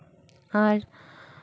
ᱟᱨ